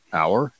hour